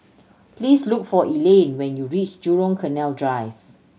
please look for Elayne when you reach Jurong Canal Drive